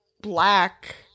black